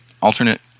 alternate